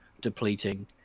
depleting